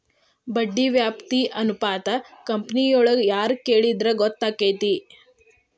ಬಡ್ಡಿ ವ್ಯಾಪ್ತಿ ಅನುಪಾತಾ ಕಂಪನಿಯೊಳಗ್ ಯಾರ್ ಕೆಳಿದ್ರ ಗೊತ್ತಕ್ಕೆತಿ?